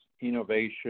innovation